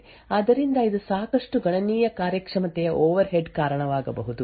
ಆದ್ದರಿಂದ ಇದು ಸಾಕಷ್ಟು ಗಣನೀಯ ಕಾರ್ಯಕ್ಷಮತೆಯ ಓವರ್ಹೆಡ್ ಕಾರಣವಾಗಬಹುದು